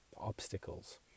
obstacles